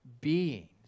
beings